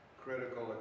Critical